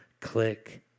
click